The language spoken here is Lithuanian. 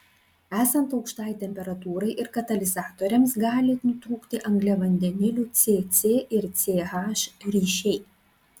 esant aukštai temperatūrai ir katalizatoriams gali nutrūkti angliavandenilių c c ir c h ryšiai